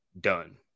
done